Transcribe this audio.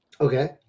Okay